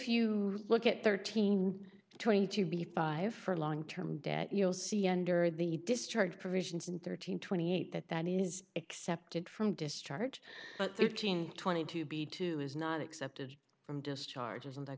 you look at thirteen twenty to be five for long term debt you'll see under the discharge provisions in thirteen twenty eight that that is accepted from discharge thirteen twenty two b two is not accepted from discharge